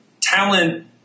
talent